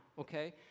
okay